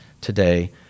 today